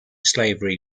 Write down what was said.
slavery